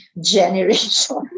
generation